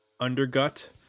Undergut